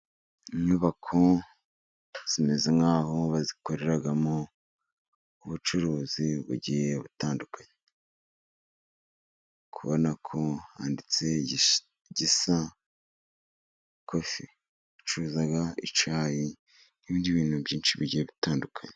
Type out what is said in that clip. Inyubako zimeze nk'aho bazikoreramo ubucuruzi bugiye butandukanye. Uri kubona ko handitse igisa na kofi bacuruza icyayi n'ibindi bintu byinshi bigiye bitandukanye.